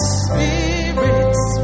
spirits